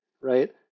right